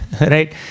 right